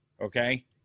okay